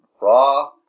Raw